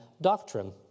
doctrine